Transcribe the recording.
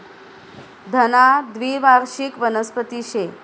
धना द्वीवार्षिक वनस्पती शे